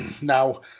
Now